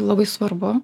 labai svarbu